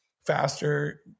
Faster